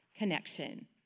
connection